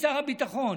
שר הביטחון?